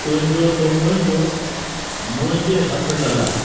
तुंहिंजो सो मुंहिंजो मुंहिंजे हथु न लाइ